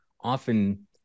often